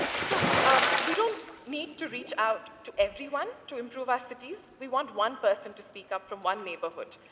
so um we don't need to reach out to everyone to improve our cities. we want one person to speak up from one neighborhood.